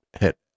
hit